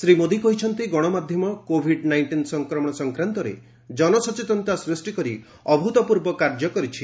ଶ୍ରୀ ମୋଦୀ କହିଛନ୍ତି ଗଣମାଧ୍ୟମ କୋବିଡ୍ ନାଇଷ୍ଟିନ୍ ସଂକ୍ରମଣ ସଂକ୍ରାନ୍ତରେ ଜନସଚେତନତା ସୃଷ୍ଟି କରି ଅଭୂତପୂର୍ବ କାର୍ଯ୍ୟ କରିଛି